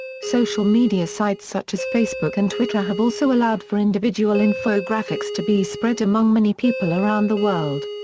social media sites such as facebook and twitter have also allowed for individual infographics to be spread among many people around the world.